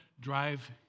drive